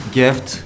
gift